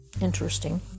interesting